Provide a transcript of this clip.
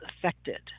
affected